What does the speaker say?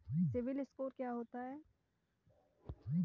CIBIL score क्या होता है?